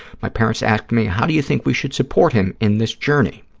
my parents asked me, how do you think we should support him in this journey?